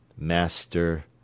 Master—